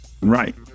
Right